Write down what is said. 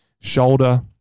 shoulder